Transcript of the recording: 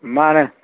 ꯃꯥꯅꯦ